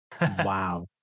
Wow